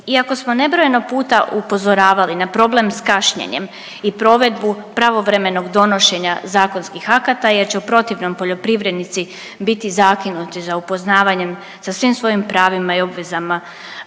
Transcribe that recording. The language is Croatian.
Iako smo nebrojeno puta upozoravali na problem s kašnjenjem i provedbu pravovremenog donošenja zakonskih akata jer će u protivnom poljoprivrednici biti zakinuti za upoznavanjem sa svim svojim pravima i obvezama